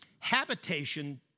Habitation